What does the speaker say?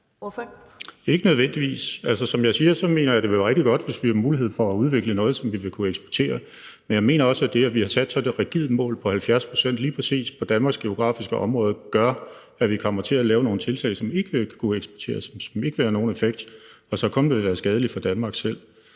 (NB): Ikke nødvendigvis. Altså, som jeg siger, mener jeg, det ville være rigtig godt, hvis vi havde mulighed for at udvikle noget, som vi ville kunne eksportere. Men jeg mener også, at det, at vi har sat et så rigidt mål på 70 pct. lige præcis på Danmarks geografiske område, gør, at vi kommer til at lave nogle tiltag, som ikke vil kunne eksporteres, som ikke vil have nogen effekt, og som så kun vil være skadelige for Danmark selv.